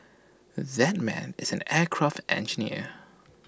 that man is an aircraft engineer